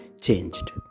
changed